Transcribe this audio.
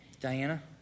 Diana